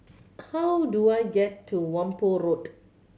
how do I get to Whampoa Road